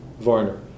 Varner